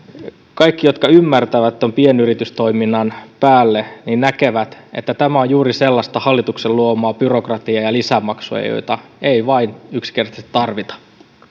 kaikki jotka ymmärtävät pienyritystoiminnan päälle näkevät että tämä on juuri sellaista hallituksen luomaa byrokratiaa ja lisämaksuja joita ei vain yksinkertaisesti tarvita